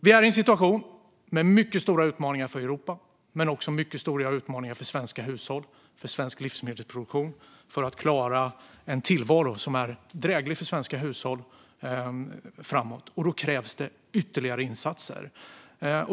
Vi är i en situation med mycket stora utmaningar för Europa och också för svenska hushåll och svensk livsmedelsproduktion för att klara en tillvaro som är dräglig. Då krävs det ytterligare insatser.